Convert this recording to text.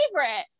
favorite